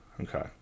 Okay